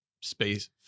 space